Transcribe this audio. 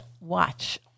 watch